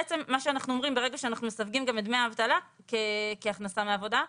וברגע שאנחנו מסווגים גם את דמי האבטלה כהכנסה מעבודה,